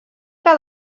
que